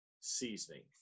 Seasoning